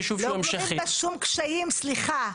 לא גלומים בה שום קשיים, סליחה.